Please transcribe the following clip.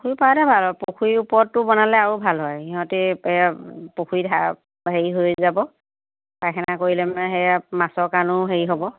পুখুৰী পাওঁতে ভাল হয় পুখুৰীৰ ওপৰতো বনালে আউ ভাল হয় সিহঁতে পুখুৰীত হেৰি হৈ যাব পায়খানা কৰিলে মানে সেয়া মাছৰ কাণেও হেৰি হ'ব